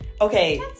Okay